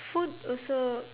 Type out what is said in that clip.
food also